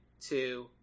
two